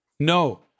No